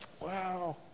Wow